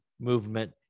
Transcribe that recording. movement